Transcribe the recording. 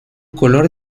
color